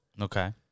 Okay